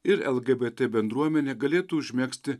ir lgbt bendruomenė galėtų užmegzti